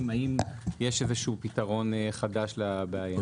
האם יש איזשהו פתרון חדש לבעיה.